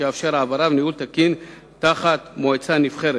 שיאפשר העברה וניהול תקין תחת מועצה נבחרת.